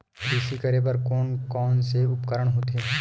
कृषि करेबर कोन कौन से उपकरण होथे?